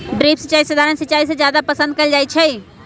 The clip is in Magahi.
ड्रिप सिंचाई सधारण सिंचाई से जादे पसंद कएल जाई छई